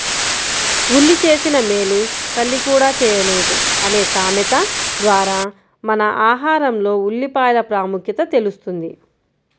ఉల్లి చేసిన మేలు తల్లి కూడా చేయలేదు అనే సామెత ద్వారా మన ఆహారంలో ఉల్లిపాయల ప్రాముఖ్యత తెలుస్తుంది